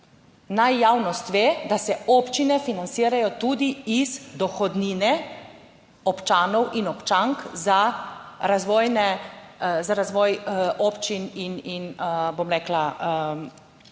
Naj javnost ve, da se občine financirajo tudi iz dohodnine občanov in občank, za razvoj občin in ljudi. Mogoče